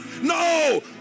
No